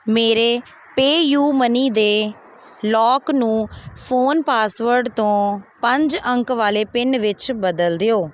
ਮੇਰੇ PayU Money ਦੇ lock ਨੂੰ ਫ਼ੋਨ ਪਾਸਵਰਡ ਤੋਂ ਪੰਜ ਅੰਕ ਵਾਲੇ ਪਿੰਨ ਵਿੱਚ ਬਦਲ ਦਿਓ